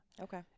Okay